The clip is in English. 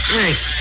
Thanks